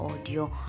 audio